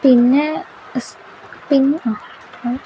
പിന്നെ പിന്നെ